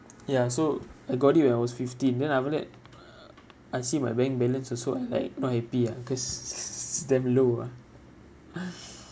ya so I got it when I was fifteen then after that I see my bank balance also I like not happy ah cause is damn low ah